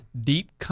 deep